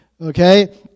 okay